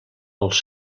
dels